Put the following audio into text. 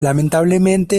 lamentablemente